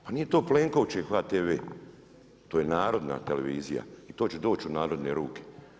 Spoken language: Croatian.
Pa nije to Plenkovićev HTV, to je Narodna televizija i to će doći u narodne ruke.